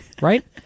right